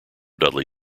dudley